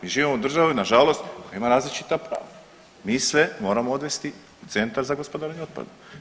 Mi živimo u državi, nažalost koja ima različita ... mi sve moramo odvesti u centar za gospodarenje otpadom.